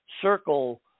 circle